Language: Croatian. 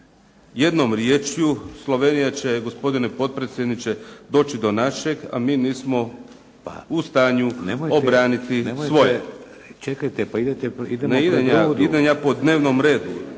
Jednom riječju Slovenija će gospodine potpredsjedniče doći do našeg, a mi nismo u stanju obraniti svoje. **Šeks, Vladimir